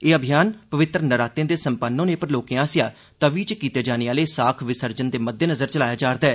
एह् अभियान पवित्तर नरातें दे संपन्न होने पर लोकें आसेआ तवी च कीते जाने आह्ले साख विसर्जन दे मद्देनज़र चलाया जा'रदा ऐ